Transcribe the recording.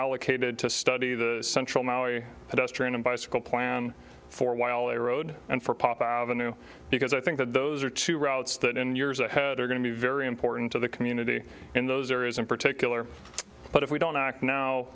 allocated to study the central maui and bicycle plan for a while a road and for pop avenue because i think that those are two routes that in years ahead are going to be very important to the community in those areas in particular but if we don't act now